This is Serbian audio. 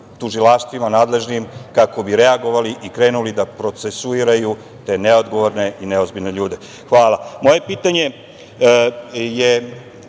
tužilaštvima nadležnim kako bi reagovali i krenuli da procesuiraju te neodgovorne i neozbiljne ljude. Hvala. Moje sledeće